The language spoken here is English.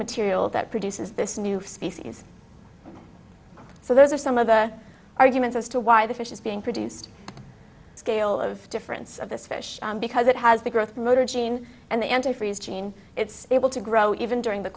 material that produces this new species so those are some of the arguments as to why the fish is being produced scale of difference of this fish because it has the growth motor gene and the antifreeze gene it's able to grow even during the